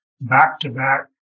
back-to-back